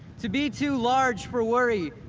to be too large for worry,